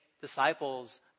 disciples